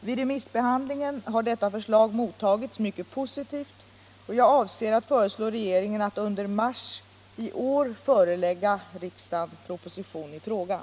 Vid remissbehandlingen har detta förslag mottagits mycket positivt. Jag avser att föreslå regeringen att under mars i år förelägga riksdagen proposition i frågan.